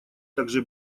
также